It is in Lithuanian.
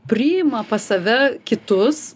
priima pas save kitus